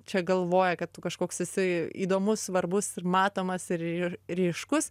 čia galvoja kad tu kažkoks esi įdomus svarbus ir matomas ir ryškus